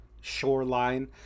shoreline